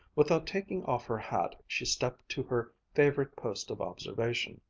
without taking off her hat she stepped to her favorite post of observation,